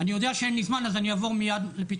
אני יודע שאין לי זמן אז אני אעבור מיד לפתרונות: